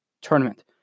tournament